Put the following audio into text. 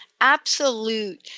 absolute